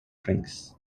drinks